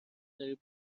داری